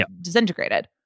disintegrated